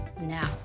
now